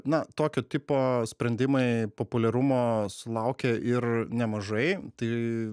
na tokio tipo sprendimai populiarumo sulaukė ir nemažai tai